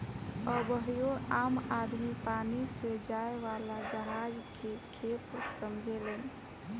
अबहियो आम आदमी पानी से जाए वाला जहाज के खेप समझेलेन